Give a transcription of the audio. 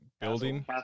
building